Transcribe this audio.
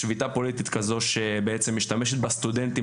שביתה פוליטית כזו שבעצם משתמשת בסטודנטים